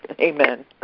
Amen